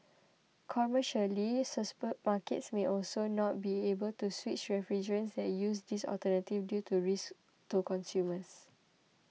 commercially markets may also not be able switch refrigerants that use these alternatives due to risks to consumers